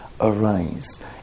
arise